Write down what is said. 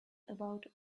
about